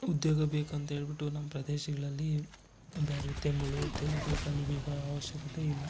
ಉದ್ಯೋಗ ಬೇಕಂಥೇಳ್ಬಿಟ್ಟು ನಮ್ಮ ಪ್ರದೇಶಗಳಲ್ಲಿ ಬೇರೆ ತಮಿಳು ತೆಲುಗು ಕಲಿಬೇಕಾದ ಅವಶ್ಯಕತೆ ಇಲ್ಲ